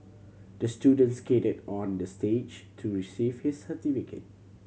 the student skated on the stage to receive his certificate